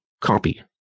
copy